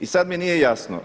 I sada mi nije jasno.